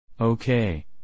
Okay